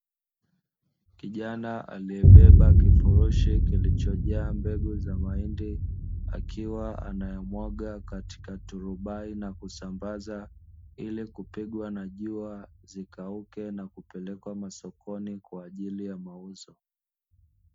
Kijana aliebeba kifurushi kilichojaa mbegu za mahindi, akiwa anayamwaga katika turubai na kusambaza ili kupigwa na jua zikauke na kupelekwa masokoni kwa ajili ya mauzo.